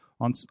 on